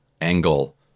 angle